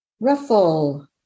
Ruffle